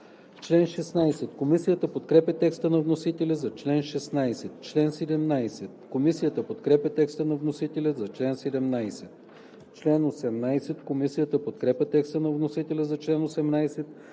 чл. 23. Комисията подкрепя текста на вносителя за чл. 24.